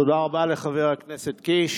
תודה רבה לחבר הכנסת קיש.